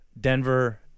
Denver